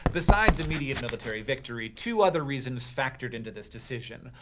besides immediate military victory, two other reasons factored into this decision.